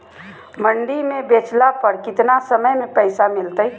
मंडी में बेचला पर कितना समय में पैसा मिलतैय?